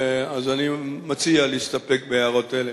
אז אני מציע להסתפק בהערות אלה.